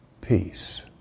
peace